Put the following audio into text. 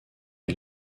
est